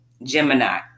Gemini